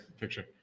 picture